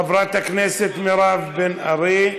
חברת הכנסת מירב בן ארי,